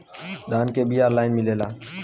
धान के बिया ऑनलाइन मिलेला?